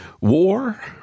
war